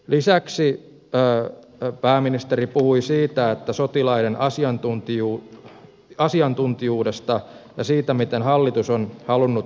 lisäksi pääministeri puhui sotilaiden asiantuntijuudesta ja siitä miten hallitus on halunnut nojautua siihen